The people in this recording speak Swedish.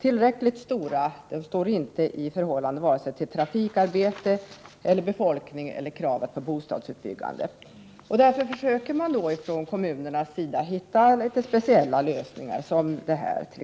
tillräckligt stora. De står inte alls i relation till vare sig trafikarbetet, befolkningen eller kraven på bostadsbyggande. Därför försöker också kommunerna hitta speciella lösningar, t.ex. denna.